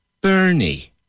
Bernie